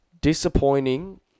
disappointing